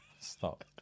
Stop